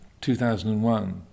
2001